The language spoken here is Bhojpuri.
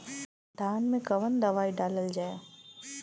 धान मे कवन दवाई डालल जाए?